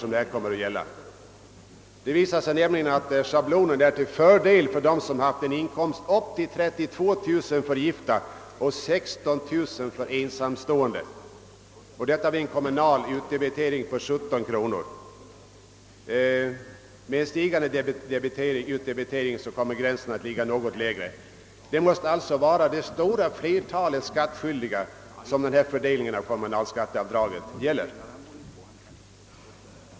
Schablonavdraget är vid en kommunal utdebitering av 17 kronor till fördel för gifta som haft en inkomst av upp till 32 000 kronor och för ensamstående som haft en inkomst av upp till 16 000 kronor. Med stigande utdebitering sjunker gränsen något. Fördelningen av kommunalskatteavdraget kommer alltså att gälla ett mycket stort antal skattskyldiga.